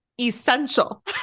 essential